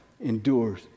endures